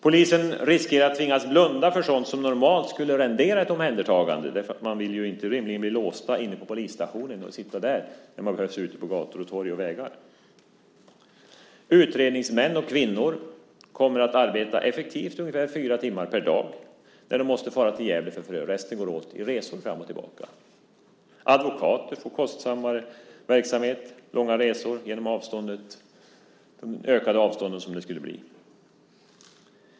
Polisen kan tvingas blunda för sådant som normalt skulle rendera ett omhändertagande eftersom man inte vill sitta låst inne på polisstationen när man behövs ute på gator och torg och vägar. Utredningsmän och kvinnor kommer att arbeta effektivt ungefär fyra timmar per dag när de måste fara till Gävle. Resten går åt till resor fram och tillbaka. Advokater får kostsammare verksamhet med långa resor genom de ökade avstånden.